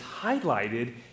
highlighted